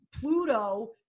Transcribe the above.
pluto